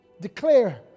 Declare